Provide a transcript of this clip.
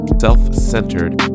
Self-centered